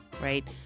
right